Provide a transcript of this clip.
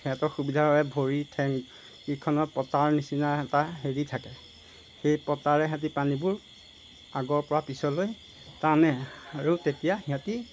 সিহঁতৰ সুবিধা হয় ভৰিৰ ঠেংকেইখনৰ পতাৰ নিচিনা এটা হেৰি থাকে সেই পতাৰে সিহঁতি পানীবোৰ আগৰপৰা পিছলৈ টানে আৰু তেতিয়া সিহঁতি